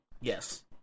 yes